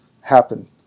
happen